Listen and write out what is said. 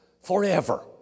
forever